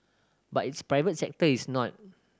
but its private sector is not